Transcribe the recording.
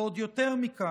ועוד יותר מכך,